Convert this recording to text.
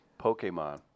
Pokemon